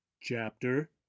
Chapter